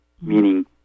meaning